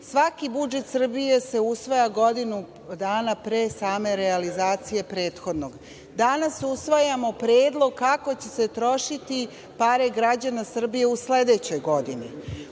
Svaki budžet Srbije se usvaja godinu dana pre same realizacije prethodnog. Danas usvajamo predlog kako će se trošiti pare građana Srbije u sledećoj godini.